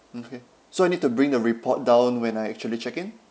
okay so I need to bring the report down when I actually check in